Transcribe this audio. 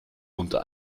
unter